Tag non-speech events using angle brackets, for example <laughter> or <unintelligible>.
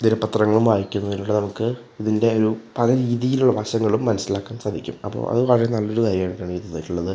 ദിന പത്രങ്ങളും വായിക്കുന്നതിലൂടെ നമുക്ക് ഇതിൻ്റെ ഒരു പല രീതിയിൽ വശങ്ങളും മനസ്സിലാക്കാൻ സാധിക്കും അപ്പോൾ അത് വളരെ നല്ല ഒരു കാര്യമായിട്ടാണ് <unintelligible>